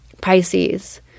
Pisces